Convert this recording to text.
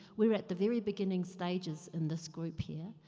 we're at the very beginning stages in this group here,